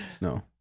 No